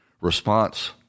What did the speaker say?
response